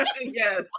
yes